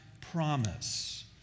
promise